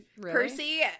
Percy